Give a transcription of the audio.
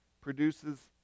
produces